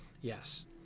Yes